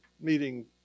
meeting